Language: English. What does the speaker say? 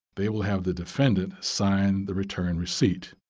they will have the defendant sign the return receipt.